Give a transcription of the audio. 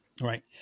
Right